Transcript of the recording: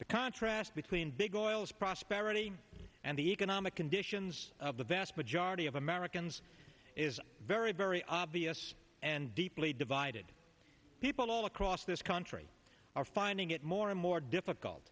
the contrast between big oil's prosperity and the economic conditions of the vast majority of americans is very very obvious and deeply divided people all across this country are finding it more and more difficult